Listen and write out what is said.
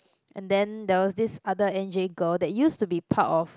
and then there was this other N_J girl that used to be part of